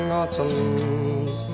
autumns